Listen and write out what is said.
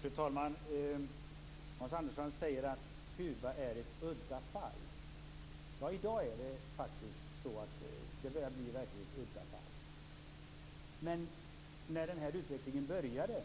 Fru talman! Hans Andersson säger att Kuba är ett udda fall. Ja, i dag börjar det faktiskt bli ett verkligt udda fall. Men när den här utvecklingen började